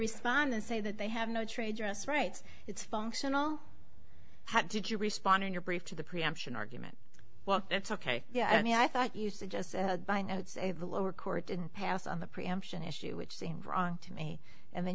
respond and say that they have no trade dress rights it's functional how did you respond in your brief to the preemption argument well that's ok yeah i mean i thought you suggest i would say the lower court didn't pass on the preemption issue which seemed wrong to me and then